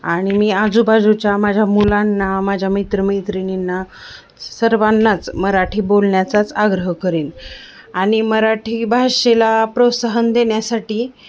आणि मी आजूबाजूच्या माझ्या मुलांना माझ्या मित्र मैत्रिणींना सर्वांनाच मराठी बोलण्याचाच आग्रह करीन आणि मराठी भाषेला प्रोत्साहन देण्यासाठी